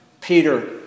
Peter